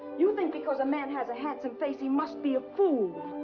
you think because a man has a handsome face he must be a fool!